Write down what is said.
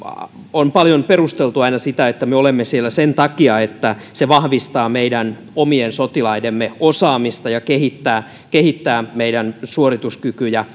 on paljon perusteltu aina sitä että me olemme siellä sen takia että se vahvistaa meidän omien sotilaidemme osaamista ja kehittää kehittää meidän suorituskykyjä